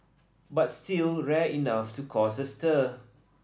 but still rare enough to cause a stir